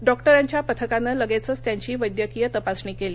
डॉक्टरांच्या पथकानं लगेचच त्यांची वैद्यकीय तपासणी केली